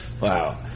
wow